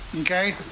Okay